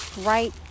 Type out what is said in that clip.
right